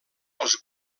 dels